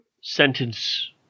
sentence